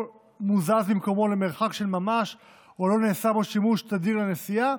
מוזז ממקומו למרחק של ממש או לא נעשה בו שימוש תדיר לנסיעה,